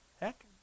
heck